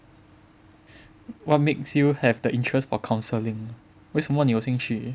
what makes you have the interest on counselling 为什么你有兴趣